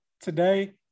today